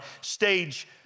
Stage